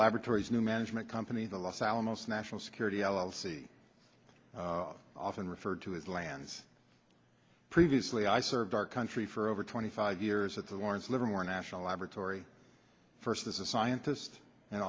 laboratories new management company the los alamos national security l l c often referred to as lands previously i served our country for over twenty five years at the lawrence livermore national laboratory first as a scientist and